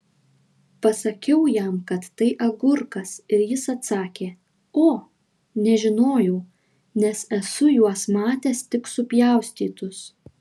pasakiau jam kad tai agurkas ir jis atsakė o nežinojau nes esu juos matęs tik supjaustytus